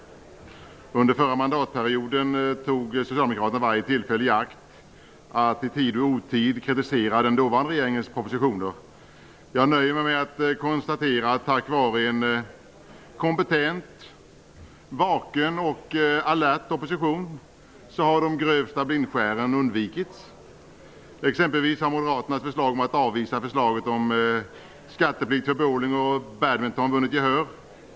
Under den förra mandatperioden tog socialdemokraterna varje tillfälle i akt att i tid och otid kritisera den dåvarande regeringens propositioner. Jag nöjer mig med att konstatera att tack vare en kompetent, vaken och alert opposition har de grövsta blindskären undvikits. Exempelvis har moderaternas förslag om att avvisa förslaget om skatteplikt för bowling och badminton vunnit gehör.